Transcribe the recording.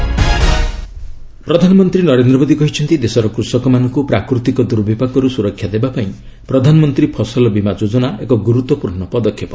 PMFBY ପ୍ରଧାନମନ୍ତ୍ରୀ ନରେନ୍ଦ୍ର ମୋଦି କହିଛନ୍ତି ଦେଶର କୃଷକମାନଙ୍କୁ ପ୍ରାକୃତିକ ଦୁର୍ବିପାକରୁ ସୁରକ୍ଷା ଦେବାପାଇଁ ପ୍ରଧାନମନ୍ତ୍ରୀ ଫସଲ ବୀମା ଯୋଜନା ଏକ ଗୁରୁତ୍ୱପୂର୍ଣ୍ଣ ପଦକ୍ଷେପ